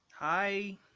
Hi